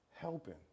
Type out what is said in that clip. helping